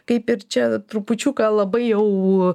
kaip ir čia trupučiuką labai jau